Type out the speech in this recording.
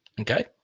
Okay